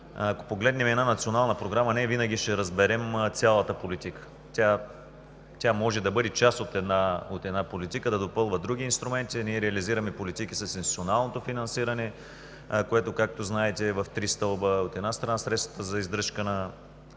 Ако погледнем една национална програма, не винаги ще разберем цялата политика. Тя може да бъде част от една политика, да допълва други инструменти, а ние реализираме политики с институционалното финансиране, което, както знаете, е в три стълба. От една страна, средствата за издръжка на